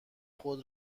خود